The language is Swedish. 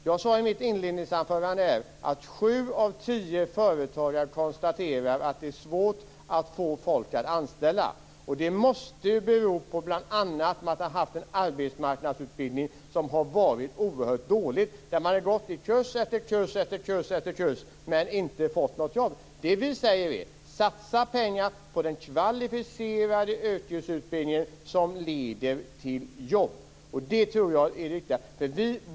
Jag sade i mitt inledningsanförande att sju av tio företagare konstaterar att det är svårt att få folk att anställa. Det måste bl.a. bero på att man har haft en arbetsmarknadsutbildning som har varit oerhört dålig. Människor har gått kurs efter kurs men inte fått något jobb. Därför säger vi: Satsa pengar på den kvalificerade yrkesutbildning som leder till jobb. Det tror jag är det riktiga.